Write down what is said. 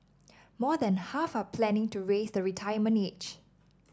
more than half are planning to raise the retirement age